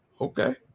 Okay